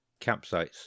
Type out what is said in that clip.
campsites